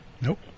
Nope